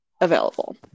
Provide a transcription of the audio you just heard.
available